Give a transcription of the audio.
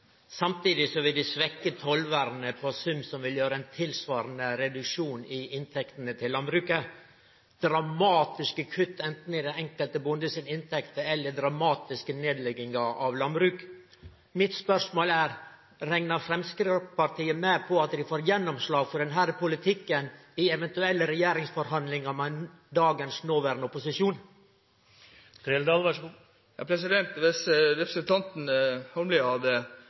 Samtidig vil dei svekkje tollvernet på sum som vil føre til ein tilsvarande reduksjon i inntektene til landbruket – dramatiske kutt i den enkelte bondes inntekter eller dramatiske nedleggingar av landbruk. Spørsmålet mitt er: Reknar Framstegspartiet med at dei får gjennomslag for denne politikken i eventuelle regjeringsforhandlingar med noverande opposisjon? Hvis representanten Holmelid hadde lest alle merknadene som er skrevet, og lest de